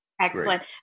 Excellent